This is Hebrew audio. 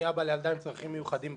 אני אבא לילדה עם צרכים מיוחדים,